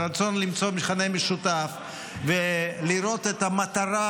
ורצון למצוא מכנה משותף ולראות את המטרה,